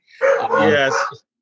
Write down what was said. Yes